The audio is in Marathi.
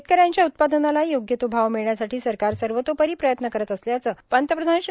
शेतकऱ्यांच्या उत्पादनाला योग्य तो भाव मिळण्यासाठी सरकार सर्वोतोपरी प्रयत्न करत असल्याचं पंतप्रधान श्री